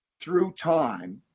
through time,